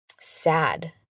sad